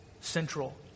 central